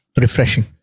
refreshing